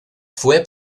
fue